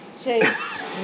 Chase